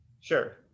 Sure